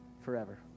forever